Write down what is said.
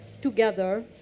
together